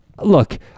look